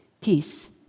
peace